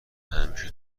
همیشه